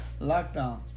lockdown